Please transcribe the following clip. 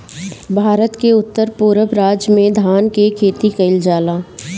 भारत के उत्तर पूरब राज में धान के खेती कईल जाला